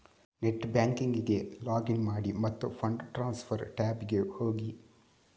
net ಬ್ಯಾಂಕಿಂಗಿಗೆ login ಮಾಡಿ ಮತ್ತು ಫಂಡ್ ಟ್ರಾನ್ಸ್ಫರ್ ಟ್ಯಾಬಿಗೆ ಹೋಗಿ